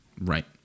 Right